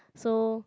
so